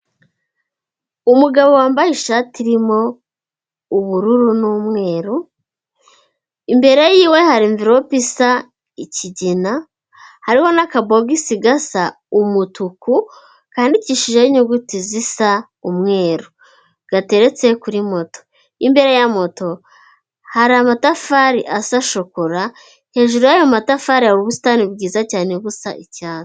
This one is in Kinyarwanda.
Umugabo wambaye ishati irimo ubururu n'umweru, imbere yiwe hari nvirope isa ikigina, hariho n'akabogisi gasa umutuku, kandikishijeho inyuguti zisa umweru gateretse kuri moto. Imbere ya moto hari amatafari asa shokora, hejuru y' ayo matafari hari ubusitani bwiza cyane busa icyatsi.